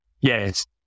Yes